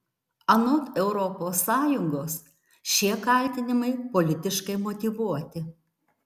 anot europos sąjungos šie kaltinimai politiškai motyvuoti